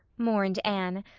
mourned anne.